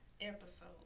episode